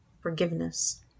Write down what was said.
forgiveness